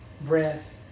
breath